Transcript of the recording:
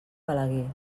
balaguer